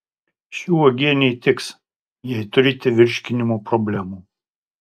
ši uogienė tiks jei turite virškinimo problemų